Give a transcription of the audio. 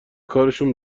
کارشون